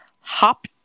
Hop